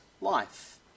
life